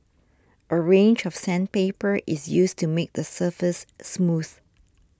a range of sandpaper is used to make the surface smooth